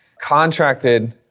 contracted